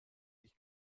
ich